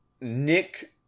nick